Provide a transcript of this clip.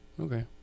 okay